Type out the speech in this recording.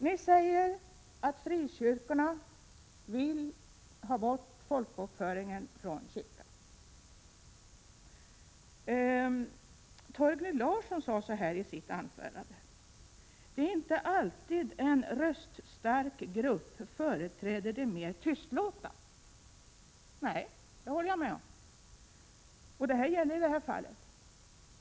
Ni säger att frikyrkorna vill ha bort folkbokföringen från kyrkan. Torgny Larsson sade i sitt anförande: ”Det är inte alltid som en röststark grupp företräder de mer tystlåtna.” Nej, det håller jag med om, och det gäller i detta fall.